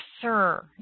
sir